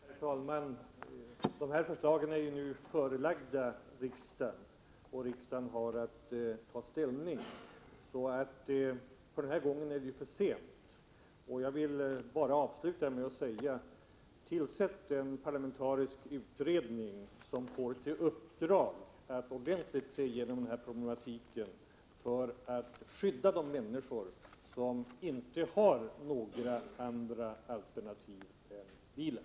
Herr talman! Dessa förslag är ju redan förelagda riksdagen, och riksdagen har att ta ställning. Den här gången är vi alltså för sent ute. Jag vill bara avsluta med att säga: Tillsätt en parlamentarisk utredning som får i uppdrag att ordentligt se över denna problematik i syfte att skydda de människor som inte har några andra alternativ än bilen.